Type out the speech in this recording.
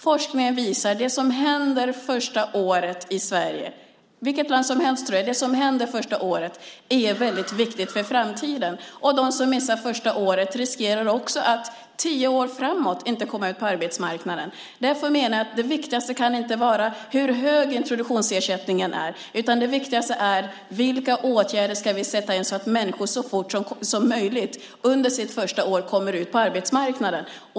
Forskningen visar att det som händer under första året - i Sverige eller vilket land som helst - är väldigt viktigt för framtiden. De som missar första året riskerar också att tio år framåt inte komma ut på arbetsmarknaden. Därför menar jag att det viktigaste inte kan vara hur hög introduktionsersättningen är, utan det viktigaste är vilka åtgärder vi ska sätta in så att människor så fort som möjligt under sitt första år kommer ut på arbetsmarknaden.